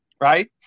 Right